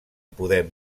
podem